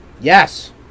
Yes